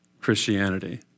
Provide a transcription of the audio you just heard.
Christianity